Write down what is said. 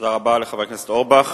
תודה רבה לחבר הכנסת אורבך.